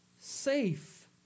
safe